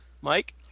Mike